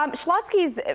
um schlotzsky's,